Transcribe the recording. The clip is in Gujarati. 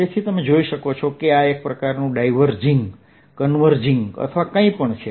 તેથી તમે જોઈ શકો છો કે આ એક પ્રકારનું ડાયવર્જિંગ કન્વર્ઝિંગ અથવા કંઈપણ છે